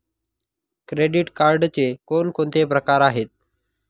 Credit कार्डचे कोणकोणते प्रकार आहेत?